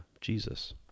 Jesus